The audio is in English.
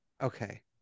Okay